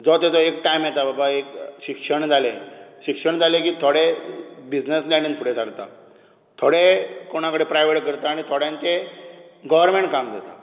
जो ताजो एक टायम येता बाबा एक शिक्षण जालें शिक्षण जालें की थोडे बिजनस लायणींत फुडें सरता थोडे कोणा कडेन प्रायवेट करता आनी थोड्यांचें गोरमॅण्ट काम जाता